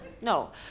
no